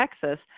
Texas